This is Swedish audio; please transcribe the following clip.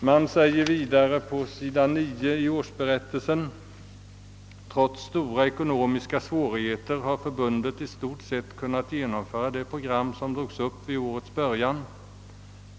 Man säger vidare på s. 9 i årsberättelsen: »Trots stora ekonomiska svårigheter har förbundet i stort sett kunnat genomföra det program som drogs upp vid årets början.